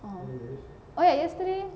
oh oh ya yesterday